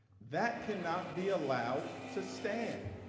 that, cannot be allowed, to stand.